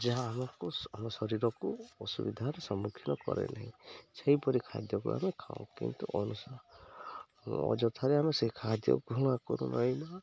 ଯାହା ଆମକୁ ଆମ ଶରୀରକୁ ଅସୁବିଧାରେ ସମ୍ମୁଖୀନ କରେ ନାହିଁ ସେହିପରି ଖାଦ୍ୟକୁ ଆମେ ଖାଉ କିନ୍ତୁ ଅନୁସ ଅଯଥାରେ ଆମେ ସେ ଖାଦ୍ୟ ଘୃଣା କରୁ ନାହିଁ ନା